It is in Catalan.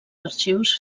arxius